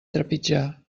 trepitjar